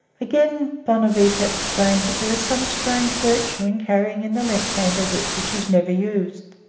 again, bonavita explained that there is some strange virtue in carrying in the left hand a whip which is never used.